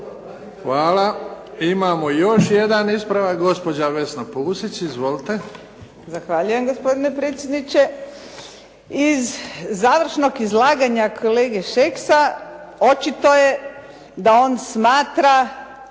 Hvala. Imamo još jedan ispravak, gospođa Vesna Pusić. Izvolite. **Pusić, Vesna (HNS)** Zahvaljujem gospodine predsjedniče. Iz završnog izlaganja kolege Šeksa, očito je da on smatra